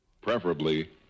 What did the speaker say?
preferably